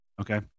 Okay